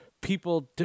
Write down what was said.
people